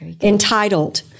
entitled